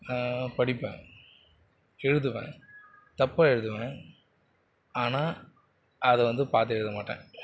படிப்பேன் எழுதுவேன் தப்பாக எழுதுவேன் ஆனால் அதை வந்து பார்த்து எழுத மாட்டேன்